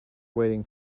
waiting